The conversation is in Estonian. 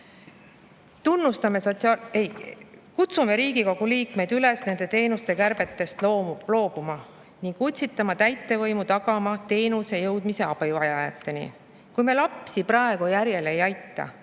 Riigikogu liikmeid üles nende teenuste kärbetest loobuma ning utsitama täitevvõimu tagama teenuse jõudmise abivajajateni. Kui me lapsi praegu järjele ei aita,